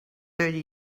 thirty